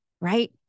right